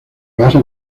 basa